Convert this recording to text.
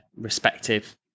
respective